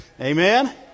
Amen